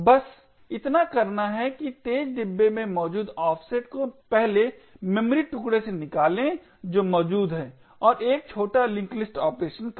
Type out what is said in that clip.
बस इतना करना है कि तेज डिब्बे में मौजूद ऑफसेट को पहले मेमोरी टुकडे से निकालें जो मौजूद है और एक छोटा लिंक लिस्ट ऑपरेशन करें